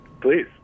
please